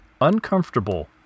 uncomfortable